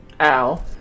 Ow